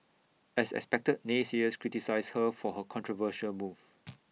as expected naysayers criticised her for her controversial move